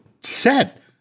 set